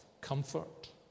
comfort